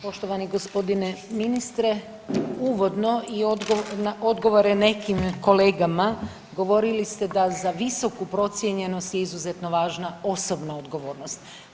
Poštovani g. ministre, uvodno i na odgovore nekim kolegama govorili ste da za visoku procijenjenost je izuzetno važna osobna odgovornost.